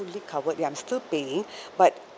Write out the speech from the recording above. fully covered ya I'm still paying but